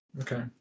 okay